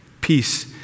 Peace